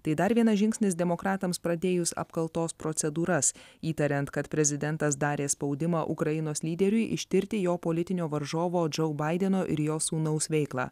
tai dar vienas žingsnis demokratams pradėjus apkaltos procedūras įtariant kad prezidentas darė spaudimą ukrainos lyderiui ištirti jo politinio varžovo džou baideno ir jo sūnaus veiklą